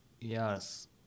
yes